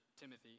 Timothy